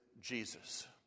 Jesus